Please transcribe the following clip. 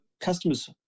customers